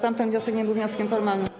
Tamten wniosek nie był wnioskiem formalnym.